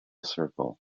circle